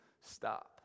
Stop